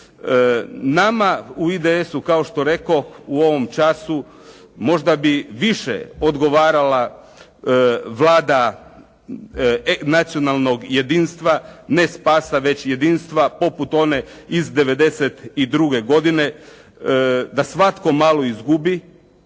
Nama u IDS-u kao što rekoh u ovom času možda bi više odgovarala Vlada nacionalnog jedinstva, ne spasa, već jedinstva poput one iz '92. godine da svatko malo izgubi